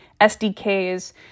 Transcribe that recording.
SDKs